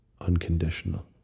unconditional